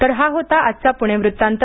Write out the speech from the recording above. तर हा होता आजचा प्णे वृत्तांत